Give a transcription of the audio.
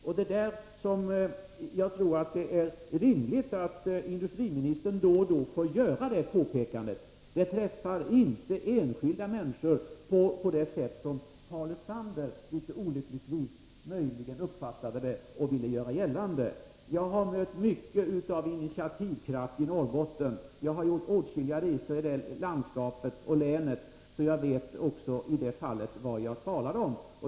Jag tror också att det är rimligt att industriministern då och då får göra ett sådant här påpekande. Det träffar inte enskilda människor, såsom Paul Lestander möjligen ville göra gällande. Jag har mött mycket av initiativkraft i Norrbotten. För min del har jag gjort åtskilliga resor i länet, varför jag vet vad jag talar om.